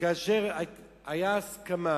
כאשר היתה הסכמה,